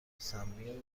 سمی